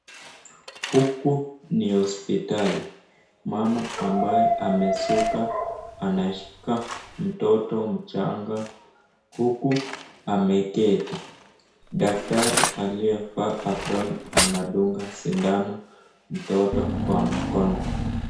Huku ni hospitali, mama ambaye amesuka ameshika mtoto mchanga huku ameketi daktari aliyevaa aproni anadunga sindano mtoto kwa mkono.